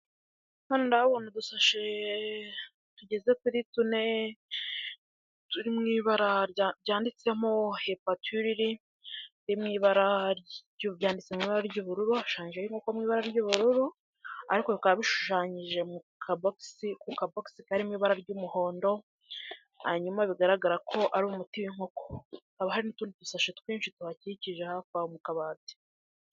Hano ndahabona udusashe tugeze kuri tune turi mu ibara ryanditsemo hepaturiri byanditse mu ibara ry'ubururu hashushanyijho inkoko mu ibara ry'ubururu ariko bikaba bishushanyije mu kabogisi, ku kabogisi karimo ibara ry'umuhondo hanyuma bigaragara ko ari umuti w'inkoko. Hakaba hari n'utundi dusashe twinshi tuhakikije hafi Aho mu kabati.